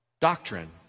doctrine